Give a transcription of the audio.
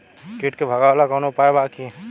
कीट के भगावेला कवनो उपाय बा की?